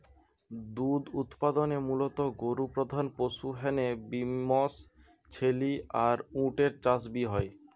দুধ উতপাদনে মুলত গরু প্রধান পশু হ্যানে বি মশ, ছেলি আর উট এর চাষ বি হয়